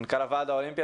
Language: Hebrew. מנכ"ל הוועד האולימפי.